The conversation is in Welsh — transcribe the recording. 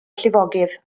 llifogydd